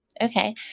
Okay